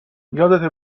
یادته